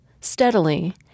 steadily